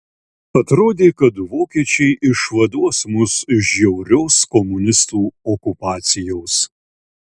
atrodė kad vokiečiai išvaduos mus iš žiaurios komunistų okupacijos